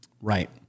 right